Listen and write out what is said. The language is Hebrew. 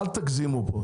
אל תגזימו.